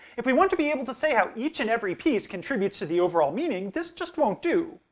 if we want to be able to say how each and every piece contributes to the overall meaning, this just won't do.